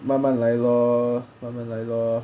慢慢来 lor 慢慢来 lor